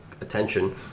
attention